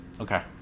okay